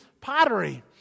pottery